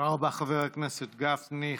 חבר הכנסת גפני.